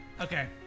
Okay